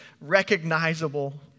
recognizable